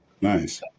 nice